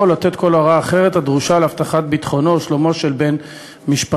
או לתת כל הוראה אחרת הדרושה להבטחת ביטחונו ושלומו של בן משפחתו.